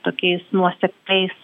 tokiais nuosekliais